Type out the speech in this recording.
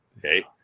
Okay